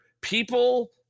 people